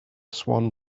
swan